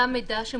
גם לקבל מידע,